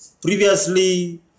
Previously